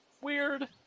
weird